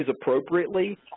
appropriately